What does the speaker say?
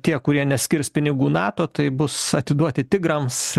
tie kurie neskirs pinigų nato tai bus atiduoti tigrams